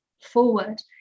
forward